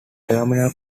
terminal